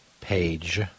page